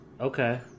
Okay